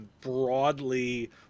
broadly